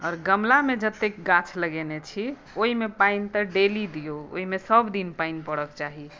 आओर गमलामे जतैक गाछ लगेनै छी ओहिमे पानि तऽ डेली दियौ ओहिमे सभ दिन पानि परऽके चाही